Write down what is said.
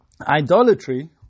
Idolatry